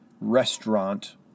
restaurant